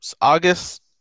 August